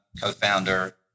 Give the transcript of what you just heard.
co-founder